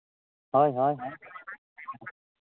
ᱦᱳᱭ ᱦᱳᱭ ᱦᱳᱭ